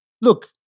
Look